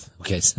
okay